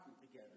together